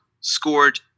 scored